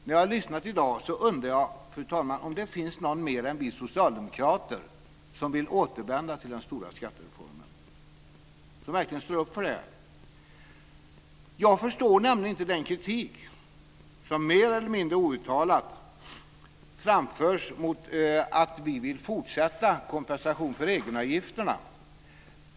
När jag har lyssnat i dag undrar jag, fru talman, om det finns någon mer än vi socialdemokrater som vill återvända till den stora skattereformen och som verkligen står upp för det. Jag förstår nämligen inte den kritik som mer eller mindre outtalat framförs mot att vi vill fortsätta kompensationen för egenavgifterna.